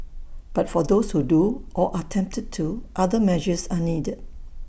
but for those who do or are tempted to other measures are needed